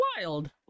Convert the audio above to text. wild